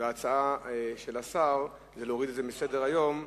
וההצעה של השר, להוריד את זה מסדר-היום,